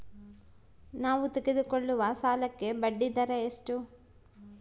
ನಾವು ತೆಗೆದುಕೊಳ್ಳುವ ಸಾಲಕ್ಕೆ ಬಡ್ಡಿದರ ಎಷ್ಟು?